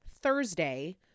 Thursday